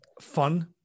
fun